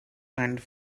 hands